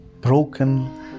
broken